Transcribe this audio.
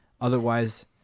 Otherwise